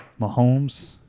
Mahomes